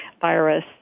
virus